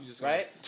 Right